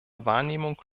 wahrnehmung